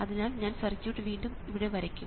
അതിനാൽ ഞാൻ സർക്യൂട്ട് വീണ്ടും ഇവിടെ വരയ്ക്കും